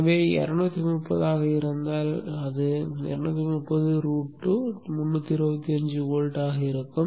எனவே 230 ஆக இருந்தால் அது 230 √2 325 வோல்ட் ஆக இருக்கும்